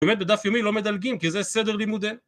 באמת בדף יומי לא מדלגים כי זה סדר לימודי